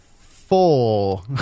four